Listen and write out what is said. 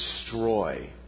destroy